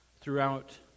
throughout